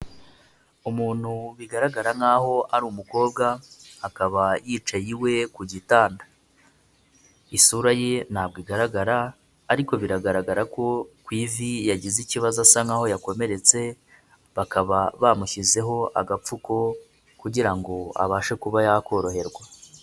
Umuntu bigaragara nkaho ari umukobwa akaba yicaye iwe ku gitanda. Isura ye ntabwo igaragara ariko biragaragara ko ku ivi yagize ikibazo asa nk'aho yakomeretse, bakaba bamushyizeho agapfuko kugira ngo abashe kuba yakoroherwa.